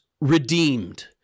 redeemed